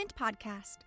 podcast